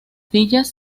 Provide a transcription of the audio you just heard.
villas